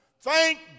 Thank